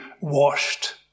washed